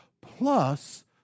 plus